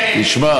תשמע,